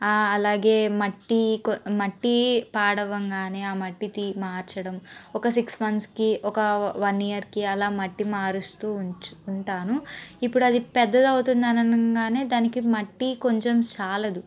అలాగే మట్టి కు మట్టి పాడవంగానే ఆ మట్టి తీ మార్చడం ఒక సిక్స్ మంత్స్కి ఒక వన్ ఇయర్కి అలా మట్టి మారుస్తూ ఉంచు ఉంటాను ఇప్పుడు అది పెద్దది అవుతుంది అని అనంగానే దానికి మట్టి కొంచెం చాలదు